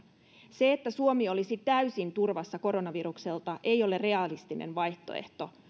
se että suomi olisi täysin turvassa koronavirukselta ei ole realistinen vaihtoehto